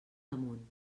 damunt